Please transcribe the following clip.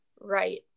right